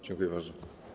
Dziękuję bardzo.